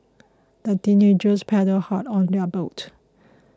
the teenagers paddled hard on their boat